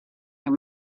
your